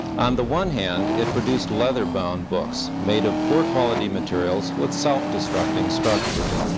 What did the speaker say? on the one hand, it produced leather-bound books made of poor quality materials with self-destructing structures.